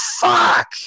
fuck